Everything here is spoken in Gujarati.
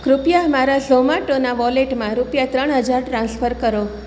કૃપયા મારા ઝોમાટોના વોલેટમાં રૂપિયા ત્રણ હજાર ટ્રાન્સફર કરો